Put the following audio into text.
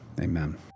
Amen